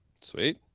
Sweet